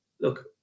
look